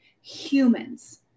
humans